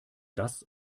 das